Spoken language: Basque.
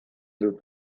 dut